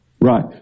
Right